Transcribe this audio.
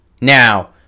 Now